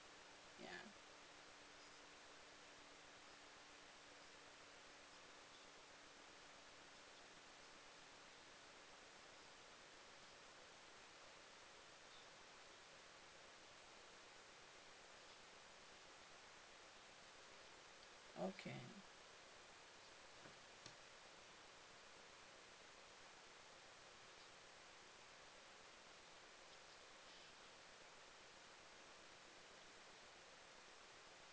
ya okay